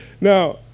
Now